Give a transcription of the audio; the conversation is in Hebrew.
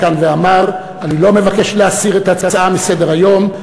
עמד כאן ואמר: אני לא מבקש להסיר את ההצעה מסדר-היום,